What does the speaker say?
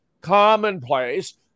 commonplace